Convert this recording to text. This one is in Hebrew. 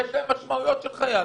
שיש להן משמעויות של חיי אדם.